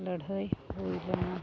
ᱞᱟᱹᱲᱦᱟᱹᱭ ᱦᱩᱭ ᱞᱮᱱᱟ